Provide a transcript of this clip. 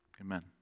amen